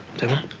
don't